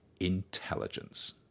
intelligence